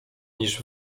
niż